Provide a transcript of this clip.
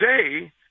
today